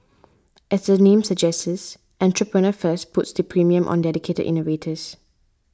as the name suggests Entrepreneur First puts the premium on dedicated innovators